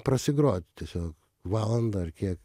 prasigrot tiesiog valandą ar kiek